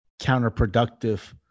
counterproductive